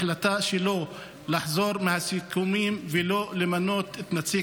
החלטה שלו לחזור מהסיכומים ולא למנות את נציג